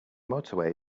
motorway